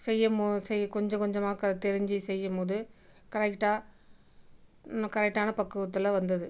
செய்யம் மோ செய்ய கொஞ்ச கொஞ்சமா க தெரிஞ்சு செய்ய போது கரெக்டாக கரெக்டான பக்குவத்தில் வந்தது